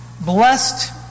blessed